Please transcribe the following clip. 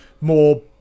more